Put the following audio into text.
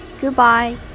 Goodbye